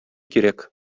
кирәк